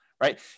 right